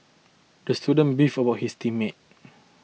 the student beefed were his team mate